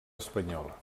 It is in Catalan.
espanyola